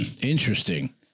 Interesting